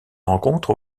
rencontre